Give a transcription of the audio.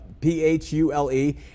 P-H-U-L-E